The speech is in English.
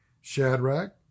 Shadrach